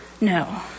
No